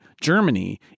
Germany